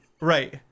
Right